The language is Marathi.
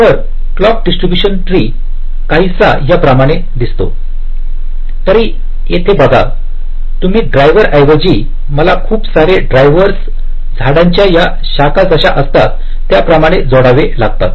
तर क्लॉक डिस्ट्रीब्यूशन ट्री काहीसा याप्रमाणे दिसते तरी येथे बघा तुम्ही ड्रायव्हर ऐवजी मला खूप सारे ड्रायव्हर्स झाडांच्या या शाखा जशा असतात त्याप्रमाणे जोडावे लागतात